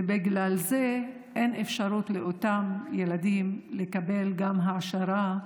ובגלל זה אין אפשרות לאותם ילדים לקבל גם העשרה,